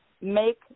make